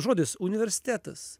žodis universitetas